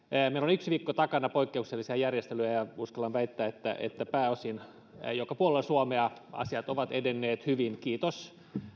yksi viikko takana poikkeuksellisia järjestelyjä ja uskallan väittää että että pääosin joka puolella suomea asiat ovat edenneet hyvin kiitos